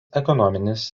ekonominis